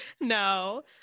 no